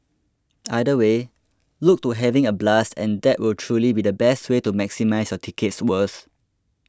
either way look to having a blast and that will truly be the best way to maximising your ticket's worth